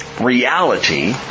reality